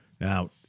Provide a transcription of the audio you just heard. Now